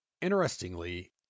Interestingly